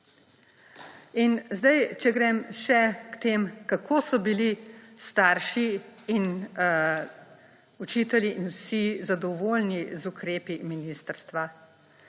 Če grem še k temu, kako so bili starši in učitelji in vsi zadovoljni z ukrepi ministrstva.